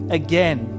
again